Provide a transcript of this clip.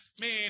Man